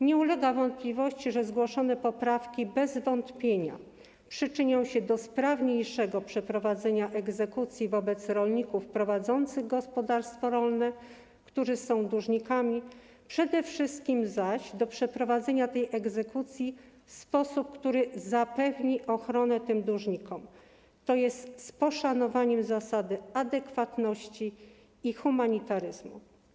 Nie ulega wątpliwości, że zgłoszone poprawki bez wątpienia przyczynią się do sprawniejszego przeprowadzenia egzekucji wobec rolników prowadzących gospodarstwo rolne, którzy są dłużnikami, przede wszystkim zaś do przeprowadzenia tej egzekucji w sposób, który zapewni ochronę tym dłużnikom, tj. z poszanowaniem zasady adekwatności i humanitaryzmu.